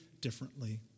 differently